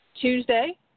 Tuesday